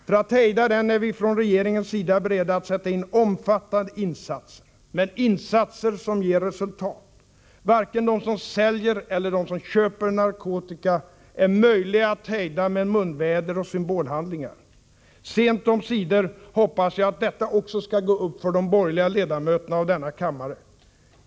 För att hejda den är vi från regeringens sida beredda att sätta in omfattande insatser — men insatser som ger resultat! Varken de som säljer eller de som köper narkotika är möjliga att hejda med munväder och symbolhandlingar. Sent omsider hoppas jag att detta skall gå upp också för de borgerliga ledamöterna av denna kammare.